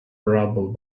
rubble